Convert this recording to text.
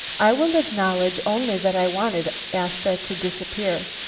i will acknowledge only that i wanted asta to disappear.